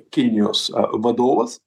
kinijos a vadovas